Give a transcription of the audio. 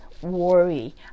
worry